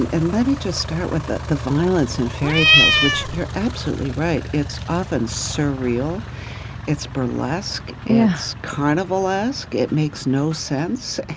and let me just start with the the violence in fairy tales, which you're absolutely right. it's often surreal it's burlesque it's carnivalesque. it makes no sense.